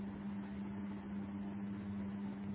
A